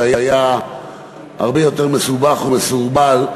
שהיה הרבה יותר מסובך ומסורבל,